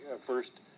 first